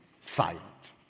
silent